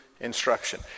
instruction